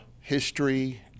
history